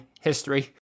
history